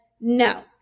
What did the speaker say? no